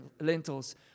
lentils